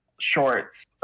shorts